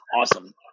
Awesome